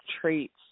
traits